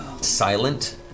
Silent